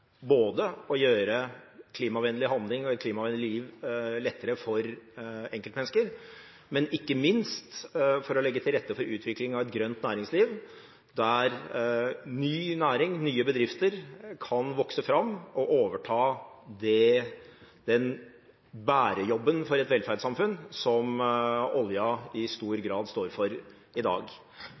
både for å gjøre klimavennlige handlinger og et klimavennlig liv lettere for enkeltmennesker og ikke minst for å legge til rette for utvikling av et grønt næringsliv der ny næring og nye bedrifter kan vokse fram og overta den bærejobben for et velferdssamfunn som olja i stor grad står for i dag.